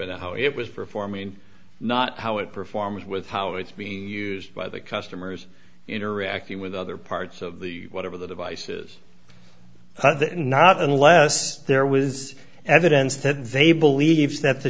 and how it was performing not how it performs with how it's being used by the customers interacting with other parts of the whatever the devices not unless there was evidence that they believed th